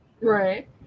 right